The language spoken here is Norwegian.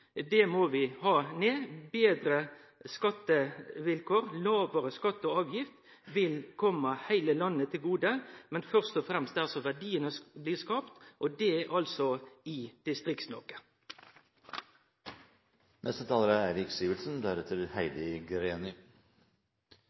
Det må vi ha ned. Vi må ha betre skattevilkår. Lågare skattar og avgifter vil kome heile landet til gode, men først og fremst der verdiane blir skapte, og det er altså i Distrikts-Noreg. Distrikts- og regionalpolitikken er